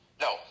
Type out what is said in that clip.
No